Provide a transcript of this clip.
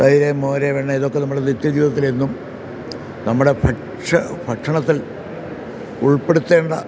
തൈര് മോര് വെണ്ണ ഇതൊക്കെ നമ്മൾ നിത്യജീവിതത്തിലെന്നും നമ്മുടെ ഭക്ഷ്യ ഭക്ഷണത്തിൽ ഉൾപ്പെടുത്തേണ്ട